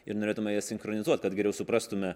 ir norėtume jas sinchronizuot kad geriau suprastume